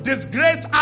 Disgrace